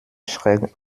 schräg